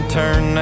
turn